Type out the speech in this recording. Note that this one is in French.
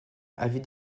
avis